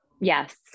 Yes